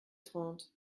trente